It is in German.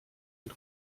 und